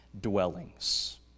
dwellings